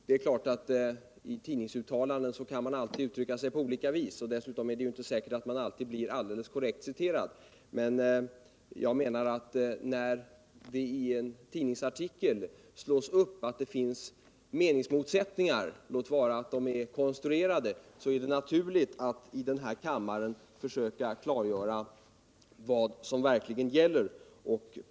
Det är klart att man i tidningsuttalanden kan uttrycka sig på olika vis, och dessutom är det ju inte säkert att man alltid blir alldeles korrekt citerad, men jag menar att när det i en tidningsartikel slås upp att det finns meningsmotsättningar — låt vara att de är konstruerade — är det naturligt att i den här kammaren försöka klargöra vad som verkligen gäller.